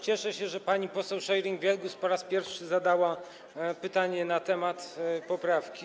Cieszę się, że pani poseł Scheuring-Wielgus po raz pierwszy zadała pytanie na temat poprawki.